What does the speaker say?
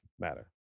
matter